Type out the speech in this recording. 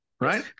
right